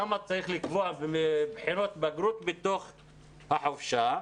למה לקבוע בחינות בגרות בתוך החופשה?